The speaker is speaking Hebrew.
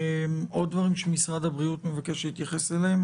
עוד דברים שמשרד הבריאות מבקש להתייחס אליהם?